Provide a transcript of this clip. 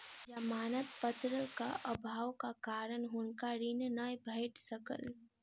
जमानत पत्रक अभावक कारण हुनका ऋण नै भेट सकल